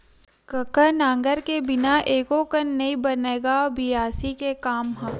कका नांगर के बिना एको कन नइ बनय गा बियासी के काम ह?